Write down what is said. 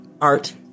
art